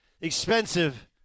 Expensive